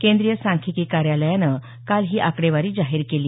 केंद्रीय सांख्यिकी कार्यालयानं काल ही आकडेवारी जाहीर केली